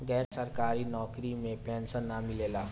गैर सरकारी नउकरी में पेंशन ना मिलेला